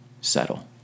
settle